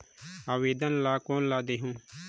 आवेदन ला कोन ला देहुं?